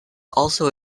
also